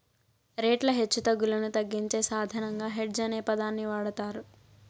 రేట్ల హెచ్చుతగ్గులను తగ్గించే సాధనంగా హెడ్జ్ అనే పదాన్ని వాడతారు